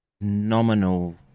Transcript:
nominal